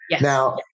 Now